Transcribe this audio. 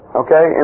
okay